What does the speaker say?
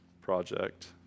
project